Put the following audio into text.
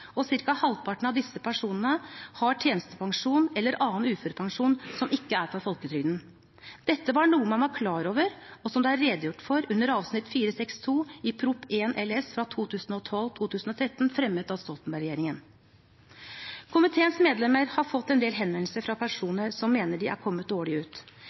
og ca. halvparten av disse personene har tjenestepensjon eller annen uførepensjon som ikke er fra folketrygden. Dette var noe man var klar over, og som det er redegjort for under avsnitt 4.6.2 i Prop. 1 LS for 2012–2013, fremmet av Stoltenberg-regjeringen. Komiteens medlemmer har fått en del henvendelser fra personer som mener de er kommet dårlig ut.